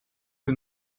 que